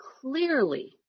clearly